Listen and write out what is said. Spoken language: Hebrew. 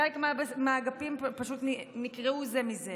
חלק מהאגפים פשוט נקרעו זה מזה.